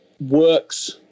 works